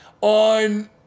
on